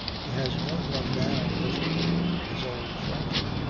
he has no one now but his old franklin.